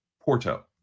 porto